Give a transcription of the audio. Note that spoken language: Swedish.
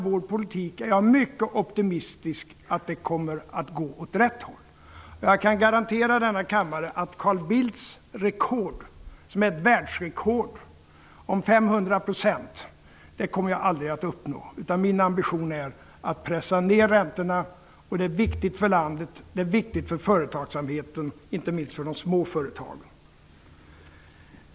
Jag är mycket optimistisk att det med vår politik kommer att gå åt rätt håll. Jag kan garantera denna kammare att Carl Bildts rekord, som är ett världsrekord, på 500 % kommer jag aldrig att uppnå. Min ambition är att pressa ner räntorna. Det är viktigt för landet, och det är viktigt för företagsamheten, inte minst för de små företagen.